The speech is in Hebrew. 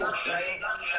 אני מאשר לך